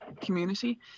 community